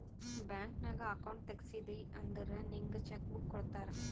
bank ನಾಗ್ account ತೆಗ್ಸಿದಿ ಅಂದುರ್ ನಿಂಗ್ ಚೆಕ್ ಬುಕ್ ಕೊಡ್ತಾರ್